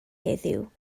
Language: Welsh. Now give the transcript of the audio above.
heddiw